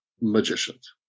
magicians